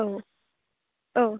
औ औ